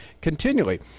continually